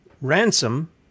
ransom